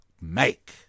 make